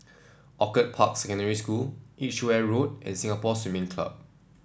Orchid Park Secondary School Edgeware Road and Singapore Swimming Club